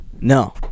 No